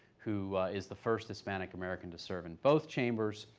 who is the first hispanic american to serve in both chambers.